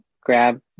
grab